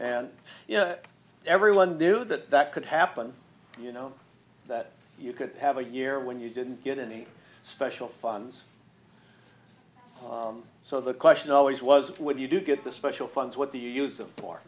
know everyone knew that that could happen you know that you could have a year when you didn't get any special funds so the question always was what do you do get the special funds what do you use them for